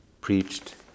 preached